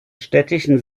städtischen